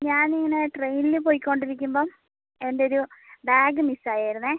ഞാൻ ഇങ്ങനെ ട്രെയിനിൽ പോയിക്കൊണ്ടിരിക്കുമ്പം എൻ്റൊരു ബാഗ് മിസ്സായിരുന്നു